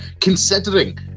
Considering